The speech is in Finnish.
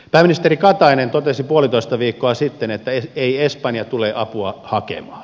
pääministeri katainen totesi puolitoista viikkoa sitten että ei espanja tule apua hakemaan